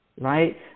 right